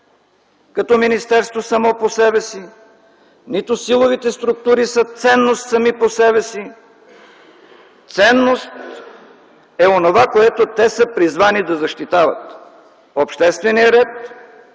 като министерство само по себе си, нито силовите структури са ценност сами по себе си. Ценност е онова, което те са призвани да защитават – обществения ред,